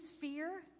fear